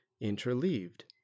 Interleaved